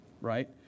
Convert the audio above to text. right